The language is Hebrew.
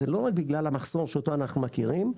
זה לא רק בגלל המחסור שאותו אנחנו מכירים,